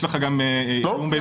יש לך גם איום בפרסום.